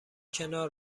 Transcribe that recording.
کنار